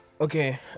Okay